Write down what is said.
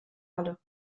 alle